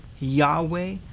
Yahweh